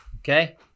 Okay